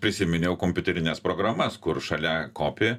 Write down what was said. prisiminiau kompiuterines programas kur šalia kopi